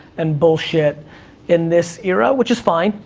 and bullshit in this era, which is fine.